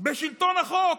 בשלטון החוק,